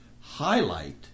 highlight